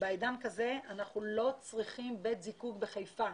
בעידן כזה אנחנו לא צריכים בית זיקוק בחיפה.